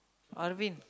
Alvin